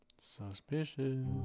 Suspicious